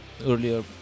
earlier